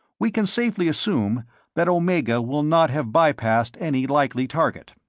we can safely assume that omega will not have bypassed any likely target.